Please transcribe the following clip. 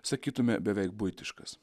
sakytume beveik buitiškas